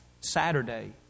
Saturday